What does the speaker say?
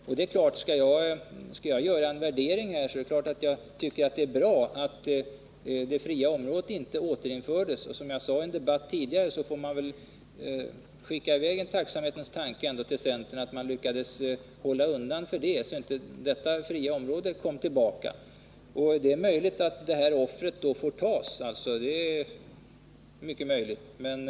Om jag skall göra en värdering vill jag säga att det naturligtvis är bra att det fria området inte återinfördes. Som jag sade i en tidigare debatt får vi väl skicka en tacksamhetens tanke till centern, som lyckades hålla undan så att inte det fria området kom tillbaka. Det är möjligt att detta offer av föreningsmeriterna då hellre får tas än att få tillbaka det fria området.